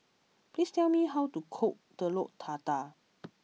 please tell me how to cook Telur Dadah